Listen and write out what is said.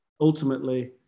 ultimately